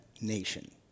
nation